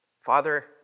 Father